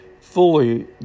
fully